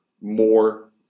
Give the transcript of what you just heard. more